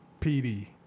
PD